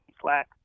slack